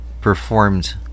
performed